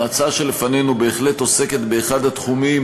ההצעה שלפנינו בהחלט עוסקת באחד התחומים